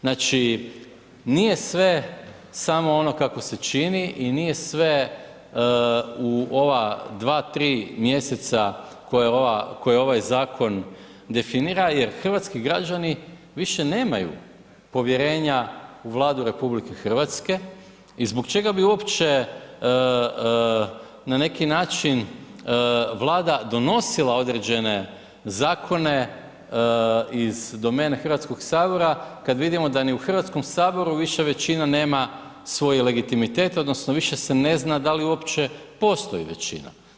Znači, nije sve samo ono kako se čini i nije sve u ova dva-tri mjeseca, koje ovaj zakon definira jer hrvatski građana više nemaju povjerenja u Vladu RH i zbog čega bi uopće na neki način Vlada donosila određene zakone iz domene HS-a kad vidimo da ni u HS-u više većina nema svoj legitimitet, odnosno više se ne zna da li uopće postoji većina.